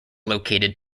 located